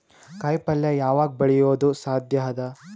ಕಾಯಿಪಲ್ಯ ಯಾವಗ್ ಬೆಳಿಯೋದು ಸಾಧ್ಯ ಅದ?